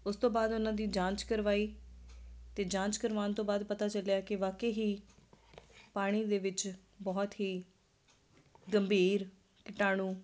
ਉਸ ਤੋਂ ਬਾਅਦ ਉਹਨਾਂ ਦੀ ਜਾਂਚ ਕਰਵਾਈ ਤਾਂ ਜਾਂਚ ਕਰਵਾਉਣ ਤੋਂ ਬਾਅਦ ਪਤਾ ਚੱਲਿਆ ਕਿ ਵਾਕੇ ਹੀ ਪਾਣੀ ਦੇ ਵਿੱਚ ਬਹੁਤ ਹੀ ਗੰਭੀਰ ਕੀਟਾਣੂ